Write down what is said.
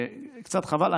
קצת חבל.